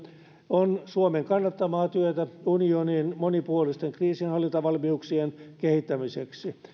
on suomen kannattamaa työtä unionin monipuolisten kriisinhallintavalmiuksien kehittämiseksi